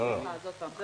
בעד ההסתייגות מיעוט נגד,